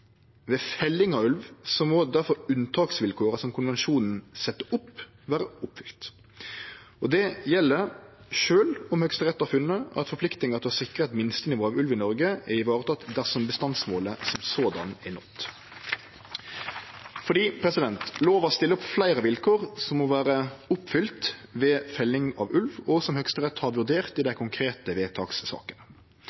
Ved felling av ulv må difor unntaksvilkåra som konvensjonen set opp, vere oppfylte. Det gjeld sjølv om Høgsterett har funne at forpliktinga til å sikre eit minstenivå av ulv i Noreg er vareteken dersom bestandsmålet i seg sjølv er nådd, fordi lova stiller opp fleire vilkår som må vere oppfylte ved felling av ulv, og som Høgsterett har vurdert i dei